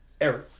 Eric